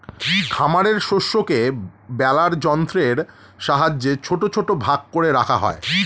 খামারের শস্যকে বেলার যন্ত্রের সাহায্যে ছোট ছোট ভাগ করে রাখা হয়